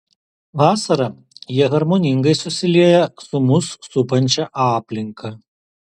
vasarą jie harmoningai susilieja su mus supančia aplinka